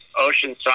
Oceanside